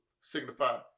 signify